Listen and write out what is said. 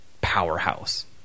powerhouse